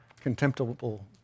contemptible